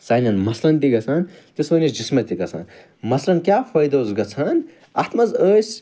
سانیٚن مَسلَن تہِ گَژھان تہٕ سٲنِس جسمَس تہِ گَژھان مَسلَن کیٛاہ فٲیدٕ اوس گَژھان اَتھ مَنٛز ٲسۍ